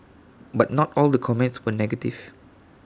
but not all the comments were negative